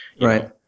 Right